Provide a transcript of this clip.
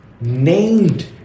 named